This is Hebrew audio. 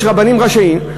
יש רבנים ראשיים,